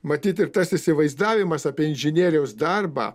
matyt ir tas įsivaizdavimas apie inžinieriaus darbą